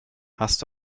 hast